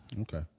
Okay